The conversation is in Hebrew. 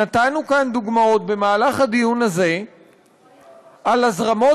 נתנו כאן דוגמאות במהלך הדיון הזה על הזרמות